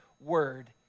word